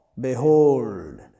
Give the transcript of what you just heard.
behold